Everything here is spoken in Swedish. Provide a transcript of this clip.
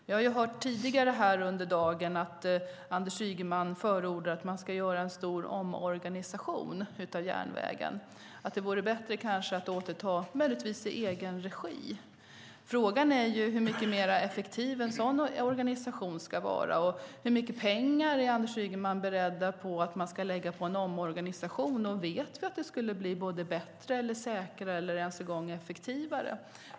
Vi har hört tidigare under dagen att Anders Ygeman förordar att man ska göra en stor omorganisation av järnvägen, att det kanske vore bättre att återta den i egen regi. Frågan är hur mycket mer effektiv en sådan organisation ska vara och hur mycket pengar Anders Ygeman är beredd att lägga på en omorganisation. Och vet vi att det skulle bli bättre, säkrare eller ens en gång effektivare?